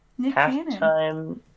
Halftime